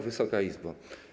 Wysoka Izbo!